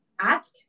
Act